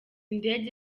indege